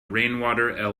rainwater